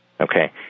Okay